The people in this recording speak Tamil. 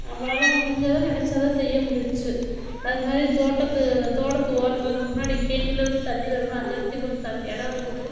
நம்மளால் முடிஞ்சது நினைச்சத செய்ய முடிஞ்சிச்சு அது மாதிரி தோட்டத்து அந்த தோட்டத்து ஓரத்தில் அந்த முன்னாடி கேணிலிருந்து தண்ணி வருமில்ல அந்த இடத்தயும் கொஞ்சம் தண்ணி இடயிருக்குது